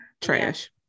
Trash